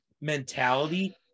mentality